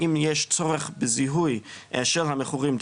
האם יש צורך בזיהוי של המכורים,